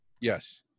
Yes